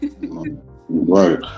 Right